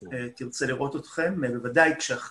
תרצה לראות אתכם, ולוודאי כשאחר כך...